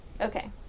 Okay